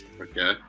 Okay